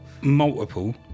multiple